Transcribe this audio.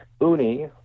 uni